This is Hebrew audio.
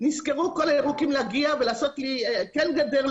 נזכרו כל הירוקים להגיע ולעשות לי כן גדר,